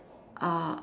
uh